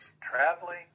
traveling